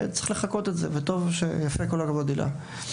צריך לחקות את זה, וכל הכבוד, הילה.